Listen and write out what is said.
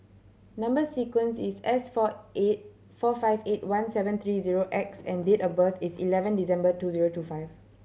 number sequence is S four eight four five eight one seven three zero X and date of birth is eleven December two zero two five